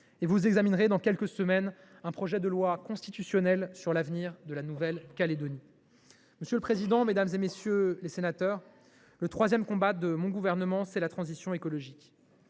vous examinerez dans quelques semaines un projet de loi constitutionnelle sur l’avenir de la Nouvelle Calédonie. Monsieur le président, mesdames, messieurs les sénateurs, le troisième combat de mon gouvernement, c’est la transition écologique.